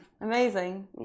Amazing